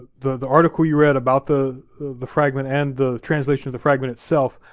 ah the the article you read about the the fragment and the translation of the fragment itself,